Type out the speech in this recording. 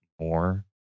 more